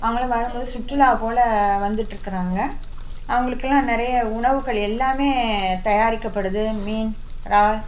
அவங்கலாம் வரும்போது சுற்றுலா போல் வந்துகிட்ருக்குறாங்க அவங்களுக்குலாம் நிறைய உணவுகள் எல்லாமே தயாரிக்கப்படுது மீன் இறால்